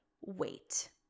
Wait